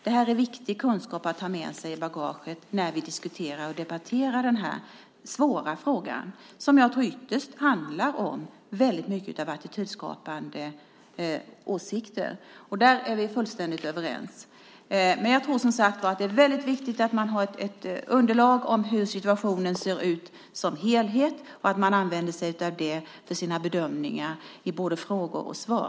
Detta är viktig kunskap att ha med oss i bagaget när vi diskuterar och debatterar denna svåra fråga, som ytterst handlar om väldigt mycket attitydskapande åsikter. Där är vi fullständigt överens. Men jag tror som sagt var att det är viktigt att ha ett underlag för hur situationen ser ut som helhet och att man använder sig av det för sina bedömningar i både frågor och svar.